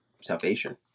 salvation